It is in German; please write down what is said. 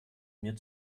mir